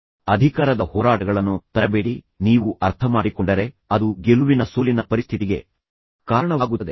ಯಾವುದೇ ಸಂಬಂಧಗಳಲ್ಲಿ ಅಧಿಕಾರದ ಹೋರಾಟಗಳನ್ನು ತರಬೇಡಿ ನೀವು ಅರ್ಥಮಾಡಿಕೊಂಡರೆ ಅದು ಗೆಲುವಿನ ಸೋಲಿನ ಪರಿಸ್ಥಿತಿಗೆ ಕಾರಣವಾಗುತ್ತದೆ